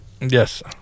yes